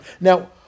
Now